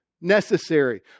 necessary